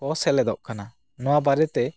ᱠᱚ ᱥᱮᱞᱮᱫᱚᱜ ᱠᱟᱱᱟ ᱱᱚᱣᱟ ᱵᱟᱨᱮᱛᱮ